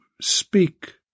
speak